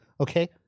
okay